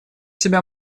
себя